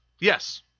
Yes